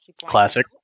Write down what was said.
classic